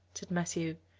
said matthew.